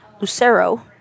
Lucero